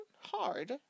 hard